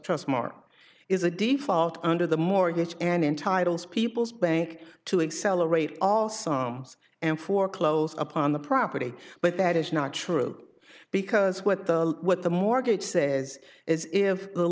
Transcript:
trust mark is a default under the mortgage and entitles people's bank to accelerate all songs and foreclosed upon the property but that is not true because what the what the mortgage says is if the